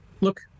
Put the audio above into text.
look